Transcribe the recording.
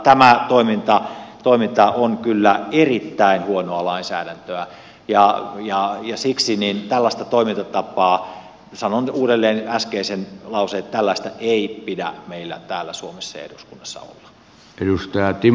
tämä toiminta on kyllä erittäin huonoa lainsäädäntöä ja siksi tällaista toimintatapaa sanon uudelleen äskeisen lauseen ei pidä meillä täällä suomessa ja eduskunnassa olla